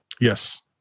Yes